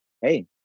Hey